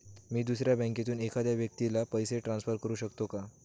मी दुसऱ्या बँकेतून एखाद्या व्यक्ती ला पैसे ट्रान्सफर करु शकतो का?